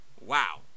Wow